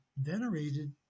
venerated